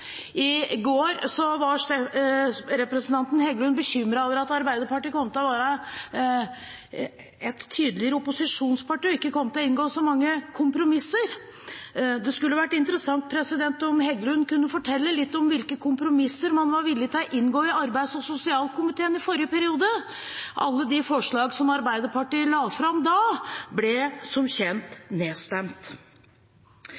I går var representanten Heggelund bekymret for at Arbeiderpartiet kom til å være et tydeligere opposisjonsparti og ikke kom til å inngå så mange kompromisser. Det hadde vært interessant om Heggelund kunne fortelle litt om hvilke kompromisser man var villig til å inngå i arbeids- og sosialkomiteen i forrige periode. Alle de forslagene som Arbeiderpartiet la fram da, ble som kjent